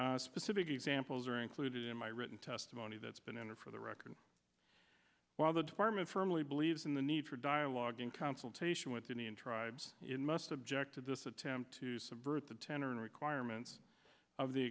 specific examples are included in my written testimony that's been entered for the record while the department firmly believes in the need for dialogue in consultation with indian tribes it must object to this attempt to subvert the tenor and requirements of the